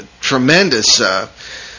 tremendous